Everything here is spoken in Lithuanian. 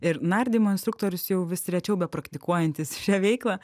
ir nardymo instruktorius jau vis rečiau bepraktikuojantis šią veiklą